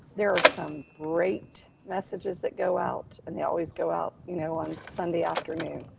there are some great messages that go out and they always go out, you know, on sunday afternoon.